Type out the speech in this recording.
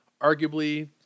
arguably